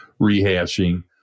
rehashing